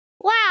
Wow